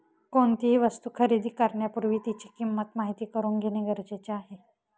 कोणतीही वस्तू खरेदी करण्यापूर्वी तिची किंमत माहित करून घेणे गरजेचे आहे